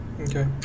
Okay